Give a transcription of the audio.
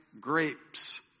grapes